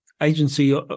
agency